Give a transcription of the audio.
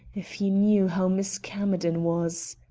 if he knew how miss camerden was.